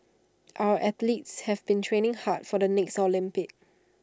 our athletes have been training hard for the next Olympics